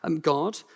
God